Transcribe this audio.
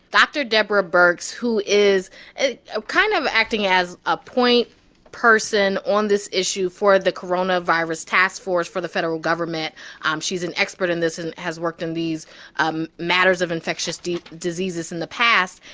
dr. deborah birx, who is kind of acting as a point person on this issue for the coronavirus task force for the federal government um she's an expert in this and has worked in these um matters of infectious diseases in the past.